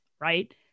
Right